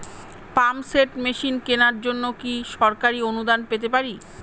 Pump set machine কেনার জন্য কি সরকারি অনুদান পেতে পারি?